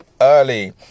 early